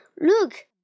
Look